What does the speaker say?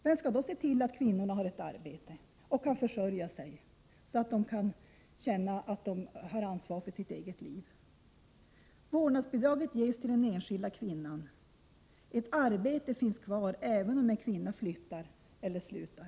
Vem skall då se till att kvinnorna har ett arbete och kan försörja sig, så att de känner att de har ansvaret för sitt eget liv? Vårdnadsbidraget ges till den enskilda kvinnan. Ett arbete finns kvar även om en kvinna flyttar eller slutar.